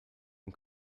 den